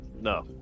No